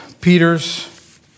Peters